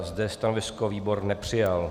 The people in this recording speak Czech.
Zde stanovisko výbor nepřijal.